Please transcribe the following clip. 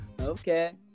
Okay